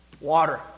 Water